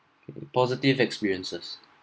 positive experiences